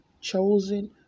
chosen